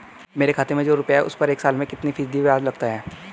मेरे खाते में जो रुपये हैं उस पर एक साल में कितना फ़ीसदी ब्याज लगता है?